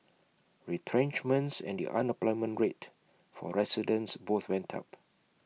retrenchments and the unemployment rate for residents both went up